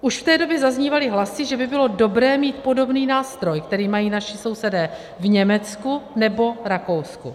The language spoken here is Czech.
Už v té době zaznívaly hlasy, že by bylo dobré mít podobný nástroj, který mají naši sousedé v Německu nebo Rakousku.